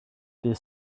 bydd